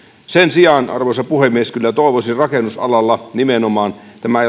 sen sijaan arvoisa puhemies kyllä rakennusalalla nimenomaan tämä